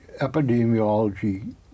epidemiology